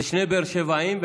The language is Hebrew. זה שני באר שבעים,